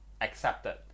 accepted